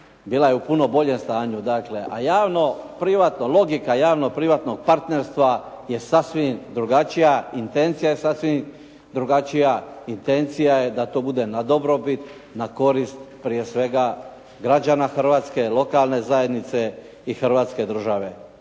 Bila je u puno boljem stanju dakle. A logika javno-privatnog partnerstva je sasvim drugačija, intencija je sasvim drugačija. Intencija je da to bude na dobrobit, na korist prije svega građana Hrvatske, lokalne zajednice i Hrvatske države.